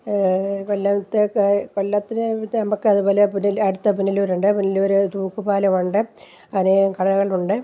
കൊല്ലത്തേക്ക് കൊല്ലത്തിലേക്ക് ആകുമ്പം അതുപോലെ അടുത്ത് പുനലൂർ ഉണ്ട് പുനലൂർ തൂക്കുപാലം ഉണ്ട് അനേകം കടകളുണ്ട്